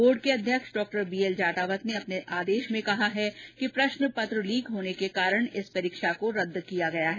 board के अध्यक्ष डॉ बीएल जाटावत ने अपने आदेश में कहा है कि प्रश्न पत्र लीक होने के कारण इस परीक्षा को रद्द किया गया है